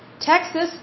Texas